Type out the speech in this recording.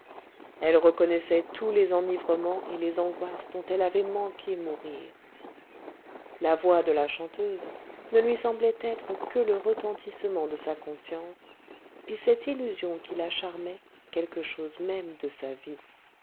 elle reconnaissait tous les enivrements et les angoisses dont elle avait manqué mourir la voix de la chanteuse ne lui semblait être que le retentissement de sa conscience et cette illusion qui la charmait quelque chose même de sa vie